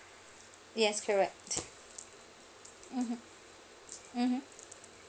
yes correct mmhmm mmhmm